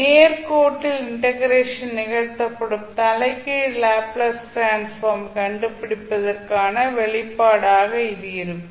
நேர் கோட்டில் இன்டெக்ரேஷன் நிகழ்த்தப்படும் தலைகீழ் லாப்ளேஸ் டிரான்ஸ்ஃபார்ம் கண்டுபிடிப்பதற்கான வெளிப்பாடாக இது இருக்கும்